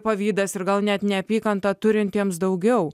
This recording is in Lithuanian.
pavydas ir gal net neapykanta turintiems daugiau